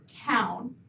Town